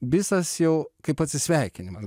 visas jau kaip atsisveikinima